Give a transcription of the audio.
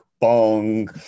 bong